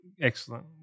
Excellent